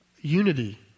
Unity